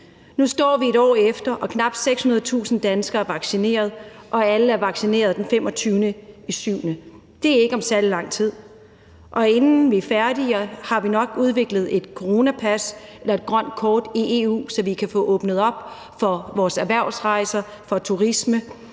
Nu står vi et år efter, og knap 600.000 danskere er vaccineret, og alle er vaccineret den 25. juli. Det er ikke om særlig lang tid. Og inden vi er færdige, har vi nok udviklet et coronapas eller et grønt kort i EU, så vi kan få åbnet op for vores erhvervsrejser, for turisme,